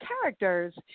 characters